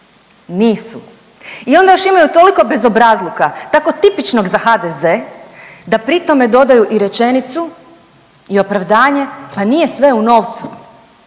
Nisu. I onda još imaju toliko bezobrazluka, tako tipičnog za HDZ, da pri tome dodaju i rečenicu i opravdanje pa nije sve u novcu.